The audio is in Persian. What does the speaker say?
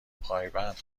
پایبند